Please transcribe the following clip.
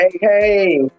hey